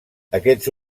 aquests